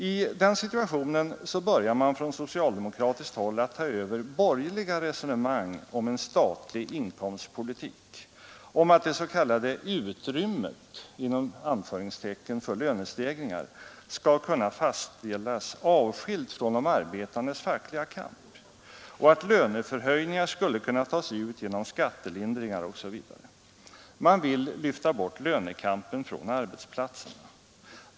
I den situationen börjar man från socialdemokratiskt håll att ta över borgerliga resonemang om en statlig inkomstpolitik — om att ”utrymmet” för lönestegringar skall kunna fastställas avskilt från de arbetandes fackliga kamp och att löneförhöjningar skulle kunna tas ut genom skattelindringar osv. Man vill lyfta bort lönekampen från arbetsplatserna.